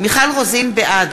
בעד